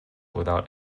without